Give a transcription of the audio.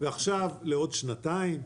ועכשיו לעוד שנתיים.